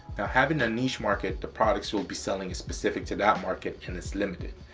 having a niche market, the products will be selling a specific to that market and it's limited.